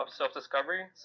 self-discovery